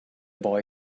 boy